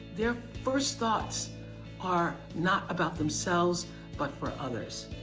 their first thoughts are not about themselves but for others.